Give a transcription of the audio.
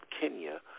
Kenya